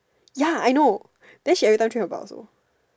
ya I know then she every time change about also